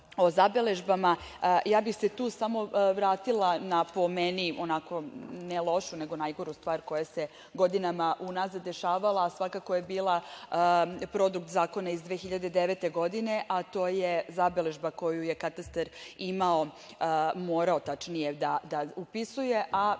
o zabeležbama, ja bih se tu samo vratila na, po meni, ne lošu nego najgoru stvar koja se godinama unazad dešavala a svakako je bila produkt zakona iz 2009. godine, a to je zabeležba koju je katastar imao, tačnije morao da upisuje,